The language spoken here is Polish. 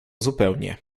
zupełnie